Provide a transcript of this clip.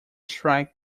strike